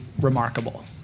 remarkable